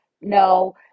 No